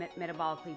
metabolically